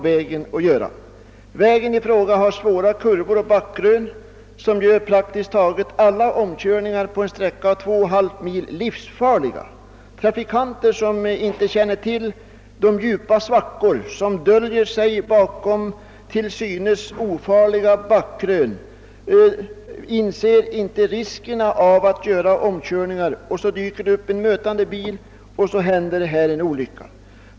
Vägen i fråga har svåra kurvor och backkrön som gör praktiskt taget alla omkörningar på en sträcka av 2,5 mil livsfarliga. Trafikanter som inte känner till de djupa svackor som döljer sig bakom till synes ofarliga backkrön inser inte riskerna av att göra omkörningar. Så dyker det upp en mötande bil varpå det händer en olycka.